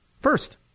First